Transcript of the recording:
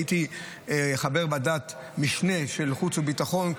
הייתי חבר ועדת משנה של חוץ וביטחון,